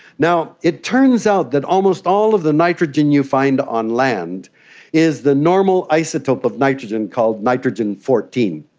now, it turns out that almost all of the nitrogen you find on land is the normal isotope of nitrogen called nitrogen fourteen.